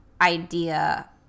idea